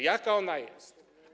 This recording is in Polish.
Jaka ona jest?